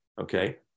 okay